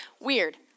Weird